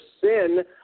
sin